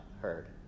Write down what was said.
heard